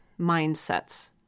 mindsets